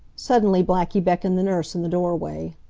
suddenly blackie beckoned the nurse in the doorway.